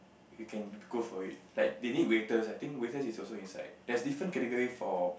you can go for it like maybe waiters I think waiters is also inside there's different category for